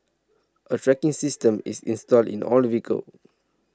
a tracking system is installed in all vehicles